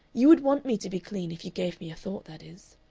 you would want me to be clean, if you gave me a thought, that is.